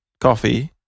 coffee